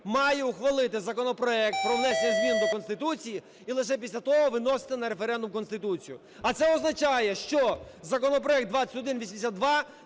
має ухвалити законопроект про внесення змін до Конституції, і лише після того виносити на референдум Конституцію. А це означає, що законопроект 2182